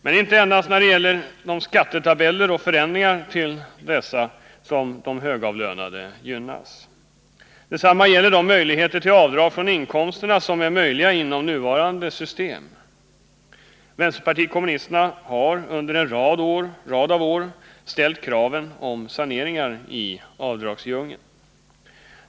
Men det är inte bara genom förändringarna av skattetabellerna som de högavlönade gynnas. Detsamma gäller de avdrag från inkomsterna som är möjliga att göra inom nuvarande system. Vänsterpartiet kommunisterna har under en rad av år ställt krav på saneringar i avdragsdjungeln.